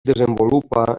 desenvolupa